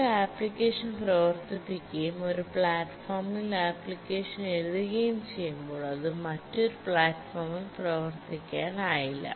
ഒരു അപ്ലിക്കേഷൻ പ്രവർത്തിപ്പിക്കുകയും ഒരു പ്ലാറ്റ്ഫോമിൽ അപ്ലിക്കേഷൻ എഴുതുകയും ചെയ്യുമ്പോൾ അത് മറ്റൊരു പ്ലാറ്റ്ഫോമിൽ പ്രവർത്തിക്കില്ല